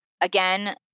again